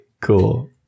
Cool